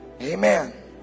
Amen